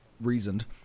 reasoned